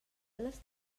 allas